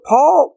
Paul